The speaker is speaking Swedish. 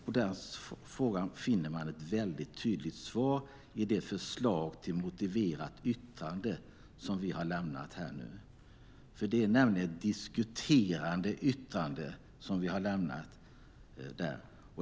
På den frågan finner man ett tydligt svar i det förslag till motiverat yttrande som vi har lämnat här. Det är nämligen ett diskuterande yttrande som vi har lämnat.